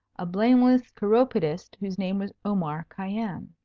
a blameless chiropodist, whose name was omar khayyam.